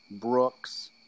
Brooks